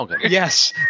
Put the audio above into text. Yes